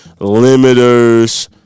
limiters